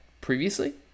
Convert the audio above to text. previously